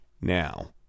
now